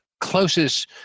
closest